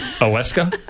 alaska